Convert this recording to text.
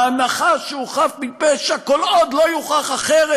ההנחה שהוא חף מפשע כל עוד לא יוכח אחרת,